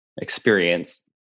experience